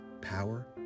Power